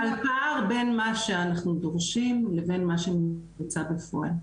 הפער בין מה שאנחנו דורשים לבין מה שהמצב בפועל.